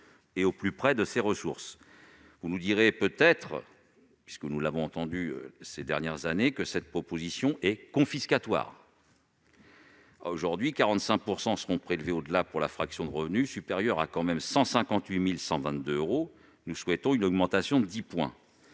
ses revenus et de ses ressources. Vous nous direz peut-être, comme nous l'avons entendu ces dernières années, que cette proposition est « confiscatoire ». Aujourd'hui, 45 % sont prélevés pour la fraction des revenus supérieurs à 158 122 euros. Nous souhaitons une augmentation de dix points.